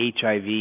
HIV